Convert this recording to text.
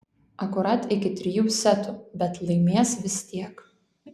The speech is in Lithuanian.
akurat iki trijų setų bet laimės vis tiek